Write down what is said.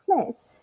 place